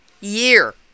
year